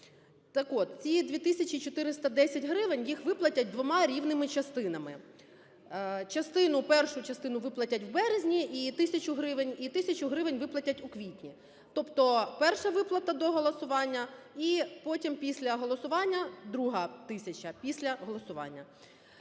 Так от, ці 2 тисячі 410 гривень, їх виплатять двома рівними частинами: частину першу виплатять у березні – тисячу гривень, і тисячу гривень виплатять у квітні. Тобто перша виплата до голосування, і потім після голосування - друга тисяча, після голосування.